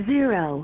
Zero